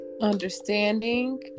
Understanding